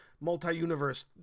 multi-universe